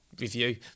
review